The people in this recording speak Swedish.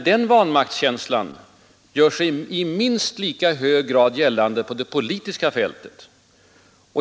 Den vanmaktskänslan gör sig i minst lika hög grad gällande på det politiska fältet.